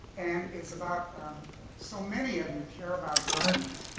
and it's about so many of you care about gardens.